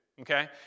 okay